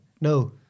no